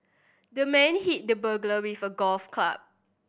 the man hit the burglar with a golf club